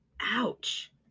Ouch